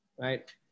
right